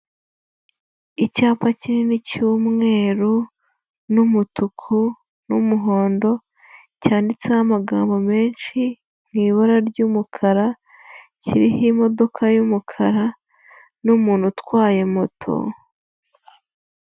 Icyapa kinini cy'umweru n'umutuku n'umuhondo cyanditseho amagambo menshi, mu ibara ry'umukara, kiriho imodoka y'umukara n'umuntu utwaye moto.